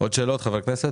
עוד שאלות, חברי הכנסת?